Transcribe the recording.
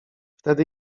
wtedy